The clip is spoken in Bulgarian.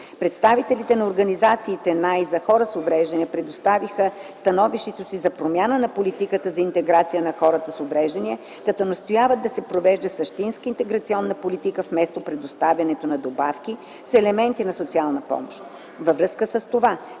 Представителите на организациите на и за хора с увреждания представиха становището си за промяна на политиката за интеграция на хората с увреждания, като настояват да се провежда същинска интеграционна политика вместо предоставянето на добавки с елементи на социални помощи.